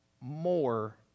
more